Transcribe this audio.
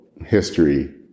history